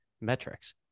metrics